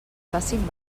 facin